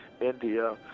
India